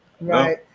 right